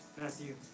Matthew